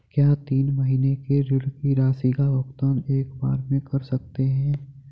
क्या तीन महीने के ऋण की राशि का भुगतान एक बार में कर सकते हैं?